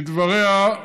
לדבריה,